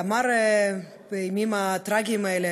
אמר בימים הטרגיים האלה,